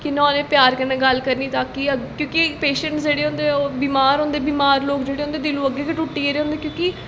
कि'यां ओह्दे प्यार कन्नै गल्ल करनी ता कि अग्गै क्योंकि पेशैंटस जेह्ड़े होंदे ओह् बमार लोग होंदे बमार लोक जेह्ड़े होंदे पैह्लें गै दिलूं त्रुट्टी गेदे होंदे क्योंकि